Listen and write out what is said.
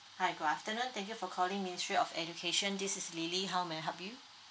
hi good afternoon thank you for calling ministry of education this is lily how may I help you